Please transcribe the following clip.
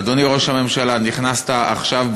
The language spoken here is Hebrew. אדוני ראש הממשלה, נכנסת עכשיו.